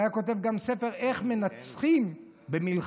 הוא גם היה כותב ספר איך מנצחים במלחמה,